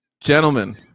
Gentlemen